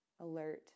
alert